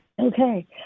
Okay